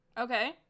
Okay